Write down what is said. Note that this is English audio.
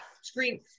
screen